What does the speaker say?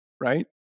right